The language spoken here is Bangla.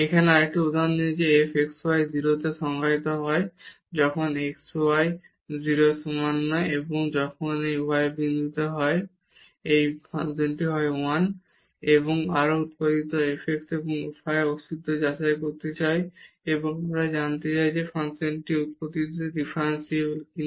এবং আমরা উৎপত্তিতে f x এবং f y এর অস্তিত্ব যাচাই করতে চাই এবং আমরা জানতে চাই যে ফাংশনটি উৎপত্তিতে ডিফারেনশিবল কি না